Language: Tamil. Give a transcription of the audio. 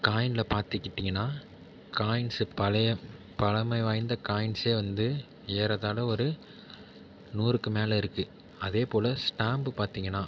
காயினில் பார்த்துக்கிட்டிங்கனா காயின்ஸு பழைய பழமை வாய்ந்த காயின்ஸே வந்து ஏறத்தாழ ஒரு நூறுக்கு மேல் இருக்குது அதே போல் ஸ்டாம்பு பார்த்திங்கனா